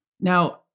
Now